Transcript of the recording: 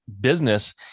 business